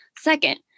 Second